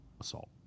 assault